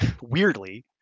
weirdly